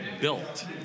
built